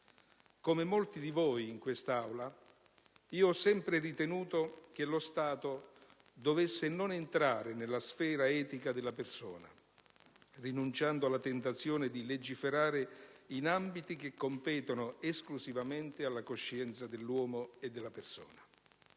Come molti di voi in quest'Aula, io ho sempre ritenuto che lo Stato dovesse non entrare nella sfera etica della persona, rinunciando alla tentazione di legiferare in ambiti che competono esclusivamente alla coscienza dell'uomo e della persona.